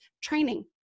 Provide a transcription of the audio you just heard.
training